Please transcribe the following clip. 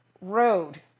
Road